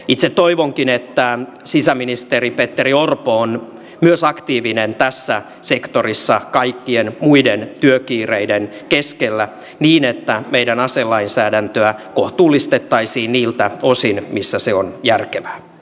itse toivonkin että sisäministeri petteri orpo on myös aktiivinen tässä sektorissa kaikkien muiden työkiireiden keskellä niin että meidän aselainsäädäntöämme kohtuullistettaisiin niiltä osin missä se on järkevää